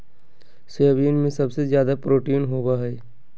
soybean में सबसे ज़्यादा प्रोटीन होबा हइ